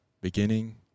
beginning